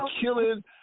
killing –